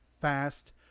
fast